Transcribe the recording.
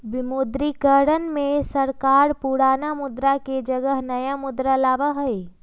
विमुद्रीकरण में सरकार पुराना मुद्रा के जगह नया मुद्रा लाबा हई